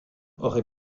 aurait